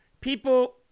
people